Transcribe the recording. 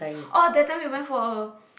oh that time we went for a